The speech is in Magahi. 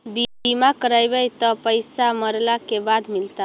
बिमा करैबैय त पैसा मरला के बाद मिलता?